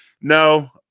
no